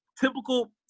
Typical